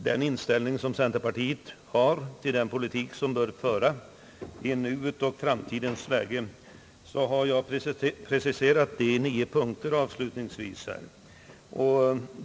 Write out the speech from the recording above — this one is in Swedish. Den inställning som centerpartiet har till den politik som bör föras i nuets och framtidens Sverige har jag avslutningsvis i mitt första anförande preciserat i nio punkter.